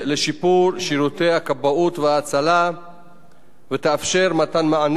ותאפשר מתן מענה טוב יותר לאזרחי המדינה.